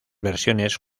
versiones